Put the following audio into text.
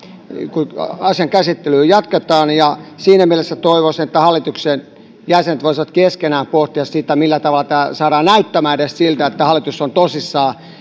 kun asian käsittelyä jatketaan ja siinä mielessä toivoisin että hallituksen jäsenet voisivat keskenään pohtia sitä millä tavalla tämä saadaan edes näyttämään siltä että hallitus tosissaan